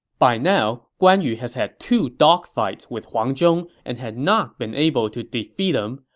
by now, guan yu has had two dogfights with huang zhong and had not been able to defeat him,